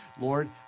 lord